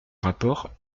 rapport